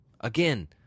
Again